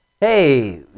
hey